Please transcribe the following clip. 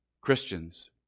Christians